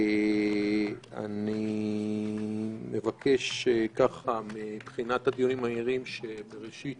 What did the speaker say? אני מבקש בדיונים המהירים שבראשית